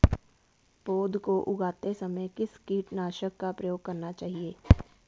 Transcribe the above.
पौध को उगाते समय किस कीटनाशक का प्रयोग करना चाहिये?